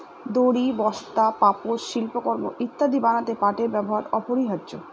দড়ি, বস্তা, পাপোষ, শিল্পকর্ম ইত্যাদি বানাতে পাটের ব্যবহার অপরিহার্য